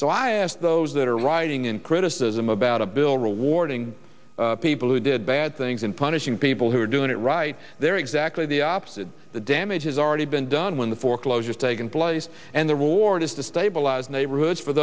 so i asked those that are rioting in criticism about a bill rewarding people who did bad things in punishing people who are doing it right there exactly the opposite the damage has already been done when the foreclosures taken place and the reward is to stabilize neighborhoods for